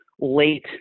late